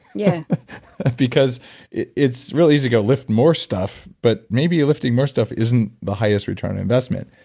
yeah because it's real easy to go lift more stuff, but maybe lifting more stuff isn't the highest return on investment.